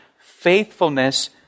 faithfulness